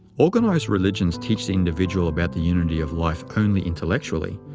organized religions teach the individual about the unity of life only intellectually,